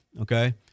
Okay